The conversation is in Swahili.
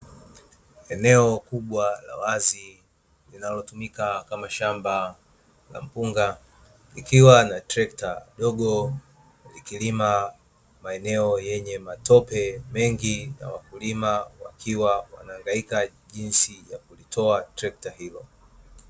Eneo kubwa la wazi linalo tumika kama shamba la mpunga, likiwa na trekta dogo. Likilima maeneo yenye matope mengi na wakulima wakiwa wanahangaika jinsi ya kulitoa trekta hilo.